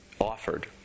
offered